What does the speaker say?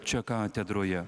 čia katedroje